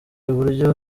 buryo